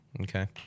okay